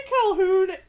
Calhoun